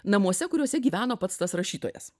namuose kuriuose gyveno pats tas rašytojas